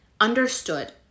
Understood